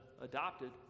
adopted